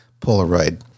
Polaroid